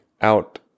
out